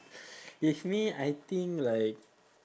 if me I think like